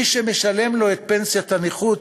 מי שמשלמים לו את פנסיית הנכות,